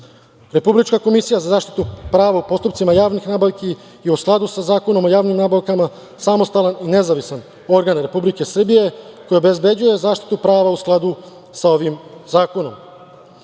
komisija za zaštitu prava u postupcima javnih nabavki je u skladu sa Zakonom o javnim nabavkama samostalan i nezavistan organ Republike Srbije koji obezbeđuje zaštitu prava u skladu sa ovim zakonom.